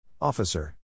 Officer